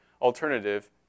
alternative